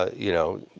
you know,